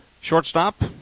shortstop